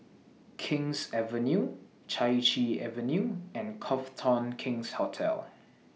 King's Avenue Chai Chee Avenue and Cough Town King's Hotel